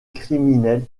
criminel